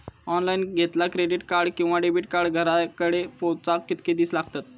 Online घेतला credit card किंवा debit card घराकडे पोचाक कितके दिस लागतत?